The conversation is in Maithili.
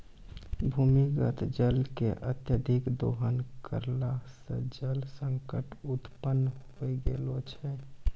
भूमीगत जल के अत्यधिक दोहन करला सें जल संकट उत्पन्न होय गेलो छै